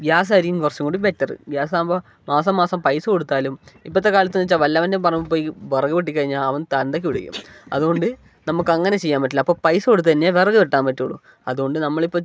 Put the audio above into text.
ഗ്യാസായിരിക്കും കുറച്ചും കൂടി ബെറ്ററ് ഗ്യാസാവ്മ്പോൾ മാസം മാസം പൈസ കൊടുത്താലും ഇപ്പത്തെ കാലത്ത്ന്ന് വെച്ചാൽ വല്ലവൻ്റെ പറമ്പ് പോയി വിറക് വെട്ടി കഴിഞ്ഞാൽ അവൻ തന്തയ്ക്ക് വിളിക്കും അത്കൊണ്ട് നമുക്ക് അങ്ങനെ ചെയ്യാൻ പറ്റില്ല അപ്പോൾ പൈസ കൊടുത്ത് തന്നെ വിറക് വെട്ടാ പറ്റൂള്ളൂ അത്കൊണ്ട് നമ്മൾ ഇപ്പം